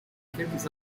quelques